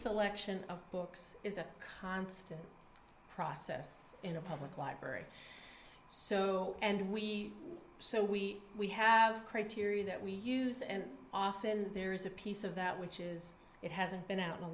selection of books is a constant process in a public library and we so we we have criteria that we use and often there is a piece of that which is it hasn't been